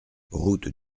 route